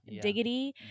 diggity